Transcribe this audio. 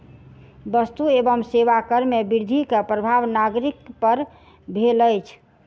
वस्तु एवं सेवा कर में वृद्धि के प्रभाव नागरिक पर भेल अछि